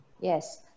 Yes